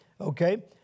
okay